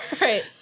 right